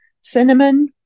cinnamon